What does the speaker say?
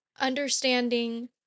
understanding